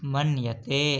मन्यते